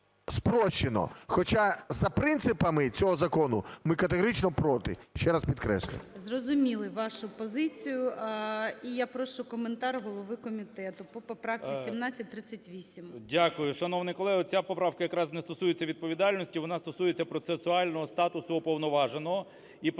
Хоча за принципами цього закону ми категорично проти, ще раз підкреслюю. ГОЛОВУЮЧИЙ. Зрозуміли вашу позицію. І я прошу коментар голови комітету по поправці 1738. 12:58:34 КНЯЖИЦЬКИЙ М.Л. Дякую. Шановний колего, ця поправка якраз не стосується відповідальності. Вона стосується процесуального статусу уповноваженого,